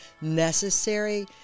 necessary